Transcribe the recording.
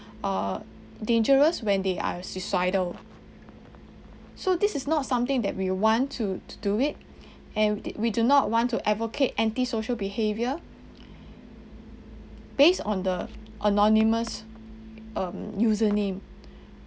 err dangerous when they are suicidal so this is not something that we want to do it and we do not want to advocate anti social behaviour based on the anonymous um user name